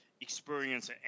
experience